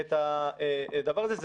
את הדבר הזה.